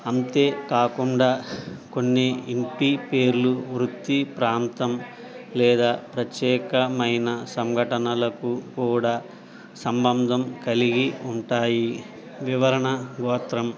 అంతే కాకుండా కొన్ని ఇంటి పేర్లు వృత్తి ప్రాంతం లేదా ప్రత్యేకమైన సంఘటనలకు కూడా సంబంధం కలిగి ఉంటాయి వివరణ గోత్రం